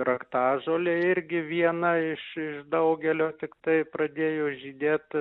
raktažolė irgi viena iš iš daugelio tiktai pradėjo žydėt